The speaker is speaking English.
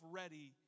ready